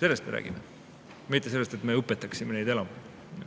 Sellest me räägime. Mitte sellest, et me õpetame neid elama.